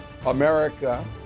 America